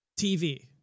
TV